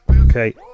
Okay